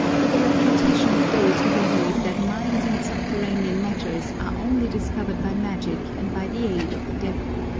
with a refutation of those who believe that mines and subterranean matters are only discovered by magic and by the aid of the devil.